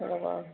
হ'ব বাৰু